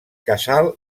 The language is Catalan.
casal